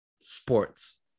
sports